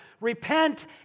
repent